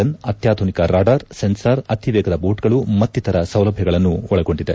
gun ಅತ್ಯಾಧುನಿಕ radar sensor ಅತಿ ವೇಗದ ಬೋಟ್ ಗಳು ಮತ್ತಿತರ ಸೌಲಭ್ಯಗಳನ್ನು ಒಳಗೊಂಡಿದೆ